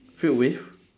filled with